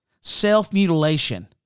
self-mutilation